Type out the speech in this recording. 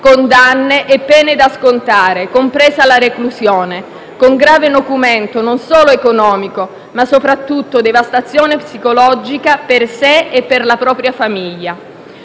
condanne e pene da scontare, compresa la reclusione, con grave nocumento non solo economico, ma soprattutto in termini di devastazione psicologica per sé e la propria famiglia.